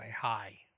hi